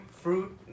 fruit